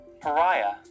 Pariah